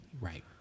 Right